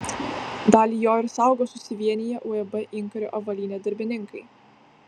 dalį jo ir saugo susivieniję uab inkaro avalynė darbininkai